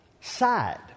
side